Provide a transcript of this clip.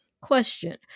Question